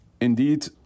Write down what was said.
indeed